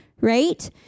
right